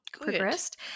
progressed